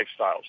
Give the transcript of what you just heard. lifestyles